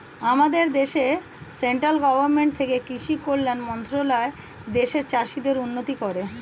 আমাদের দেশে central government থেকে কৃষি কল্যাণ মন্ত্রণালয় দেশের চাষীদের উন্নতি করে